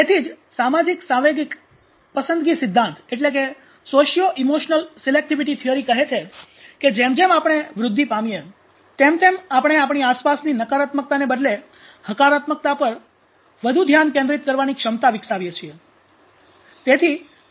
તેથી જ સામાજિક સાંવેગિક પસંદગી સિધ્ધાંત કહે છે કે જેમ જેમ આપણે વૃદ્ધિ પામીએ તેમ તેમ આપણે આપણી આસપાસની નકારાત્મકતાને બદલે હકારાત્મકતા પર વધુ ધ્યાન કેન્દ્રિત કરવાની ક્ષમતા વિકસાવીએ છીએ